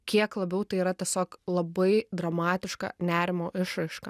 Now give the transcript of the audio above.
kiek labiau tai yra tiesiog labai dramatiška nerimo išraiška